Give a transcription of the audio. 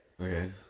Okay